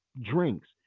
drinks